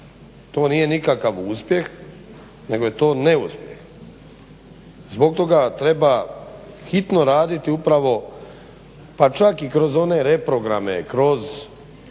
to nije nikakav uspjeh nego neuspjeh. Zbog toga treba hitno raditi upravo pa čak i kroz one reprograme kroz